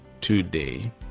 today